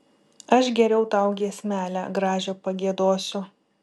aš geriau tau giesmelę gražią pagiedosiu